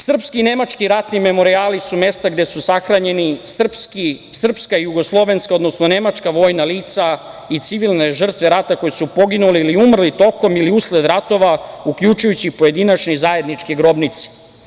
Srpski, nemački ratni memorijali su mesta gde su sahranjena srpska, jugoslovenska, nemačka vojna lica i civilne žrtve rata koji su poginuli ili umrli tokom ili usled ratova uključujući pojedinačne i zajedničke grobnice.